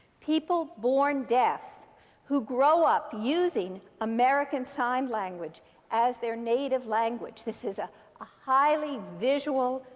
people born deaf who grow up using american sign language as their native language this is a ah highly visual,